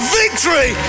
victory